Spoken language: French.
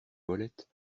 molettes